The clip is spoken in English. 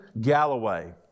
Galloway